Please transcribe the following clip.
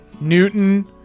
Newton